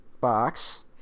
box